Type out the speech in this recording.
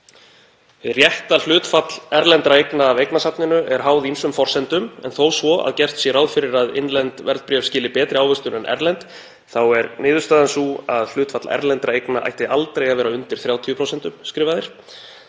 rétta hlutfall erlendra eigna af eignasafninu er háð ýmsum forsendum en þó svo að gert sé ráð fyrir að innlend verðbréf skili betri ávöxtun en erlend þá er niðurstaðan sú að hlutfall erlendra eigna ætti aldrei að vera undir 30%.